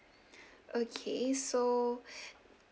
okay so